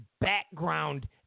background